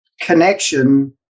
connection